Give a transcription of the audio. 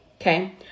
Okay